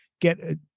get